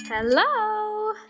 Hello